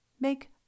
make